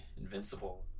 invincible